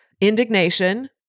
indignation